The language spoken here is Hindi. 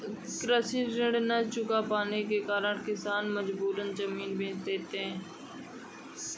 कृषि ऋण न चुका पाने के कारण किसान मजबूरन जमीन बेच देते हैं